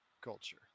Culture